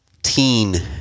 teen